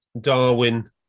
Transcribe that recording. Darwin